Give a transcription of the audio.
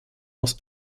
was